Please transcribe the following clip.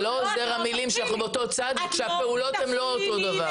זה לא עוזר המילים שאנחנו באותו צד כשהפעולות הן לא אותו דבר.